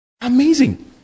Amazing